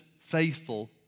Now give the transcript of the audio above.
faithful